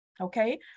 okay